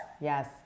yes